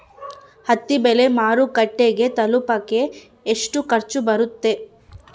ಹತ್ತಿ ಬೆಳೆ ಮಾರುಕಟ್ಟೆಗೆ ತಲುಪಕೆ ಎಷ್ಟು ಖರ್ಚು ಬರುತ್ತೆ?